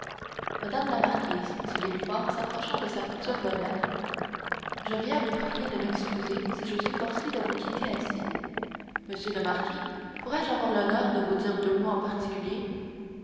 madame la marquise dit villefort s'approchant de sa future belle-mère je viens vous prier de m'excuser si je suis forcé de vous quitter ainsi monsieur le marquis pourrais-je avoir l'honneur de vous dire deux mots en particulier